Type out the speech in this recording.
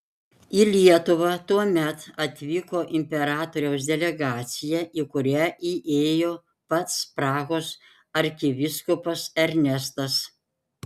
į lietuvą tuomet atvyko imperatoriaus delegacija į kurią įėjo pats prahos arkivyskupas ernestas